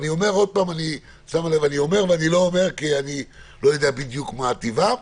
אני אומר ולא אומר כי אני לא בדיוק יודע מה טיבם,